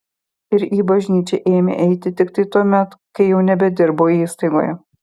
ir į bažnyčią ėmė eiti tiktai tuomet kai jau nebedirbo įstaigoje